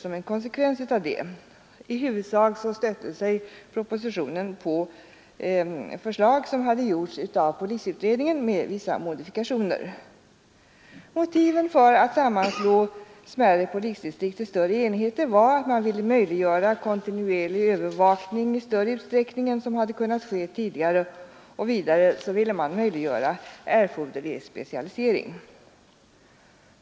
I huvudsak stödde sig propositionen med vissa modifikationer på polisutredningens förslag. Motivet för att sammanslå smärre polisdistrikt till större enheter var att man ville möjliggöra kontinuerlig övervakning i större utsträckning än som tidigare hade kunnat ske. Man ville vidare möjliggöra erforderlig specialisering.